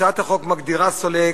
הצעת החוק מגדירה סולק.